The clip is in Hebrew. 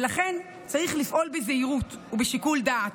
ולכן צריך לפעול בזהירות ובשיקול דעת.